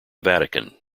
vatican